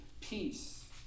Peace